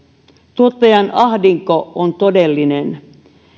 tuottajan ahdinko on todellinen